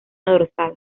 dorsal